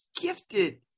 gifted